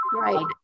Right